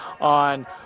on